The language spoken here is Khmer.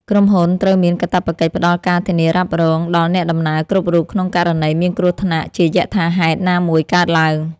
ក្រុមហ៊ុនត្រូវមានកាតព្វកិច្ចផ្ដល់ការធានារ៉ាប់រងដល់អ្នកដំណើរគ្រប់រូបក្នុងករណីមានគ្រោះថ្នាក់ជាយថាហេតុណាមួយកើតឡើង។